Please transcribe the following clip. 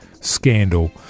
scandal